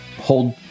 hold